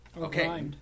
Okay